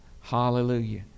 hallelujah